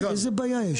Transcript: איזו בעיה יש?